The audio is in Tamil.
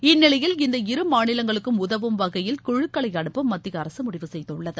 இந்நிலையில் இந்த இருமாநிலங்களுக்கும் உதவும் வகையில் குழுக்களை அனுப்ப மத்திய அரசு முடிவு செய்துள்ளது